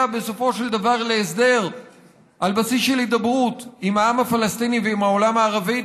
בסופו של דבר להסדר על בסיס של הידברות עם העם הפלסטיני ועם העולם הערבי,